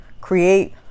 create